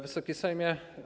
Wysoki Sejmie!